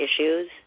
issues